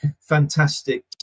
fantastic